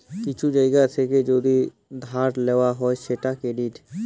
কিছু জায়গা থেকে যদি ধার লওয়া হয় সেটা ক্রেডিট